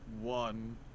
one